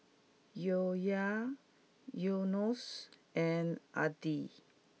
Yahya Yunos and Adi